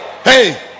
hey